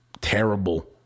terrible